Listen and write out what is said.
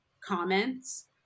comments